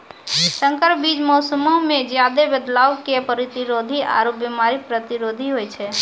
संकर बीज मौसमो मे ज्यादे बदलाव के प्रतिरोधी आरु बिमारी प्रतिरोधी होय छै